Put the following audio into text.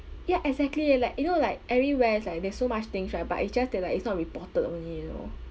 ya exactly like you know like everywhere is like there's so much things right but it's just that like it's not reported only you know